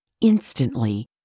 Instantly